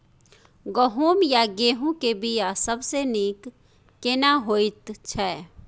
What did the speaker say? गहूम या गेहूं के बिया सबसे नीक केना होयत छै?